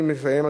אני מסיים,